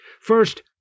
First